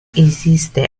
esiste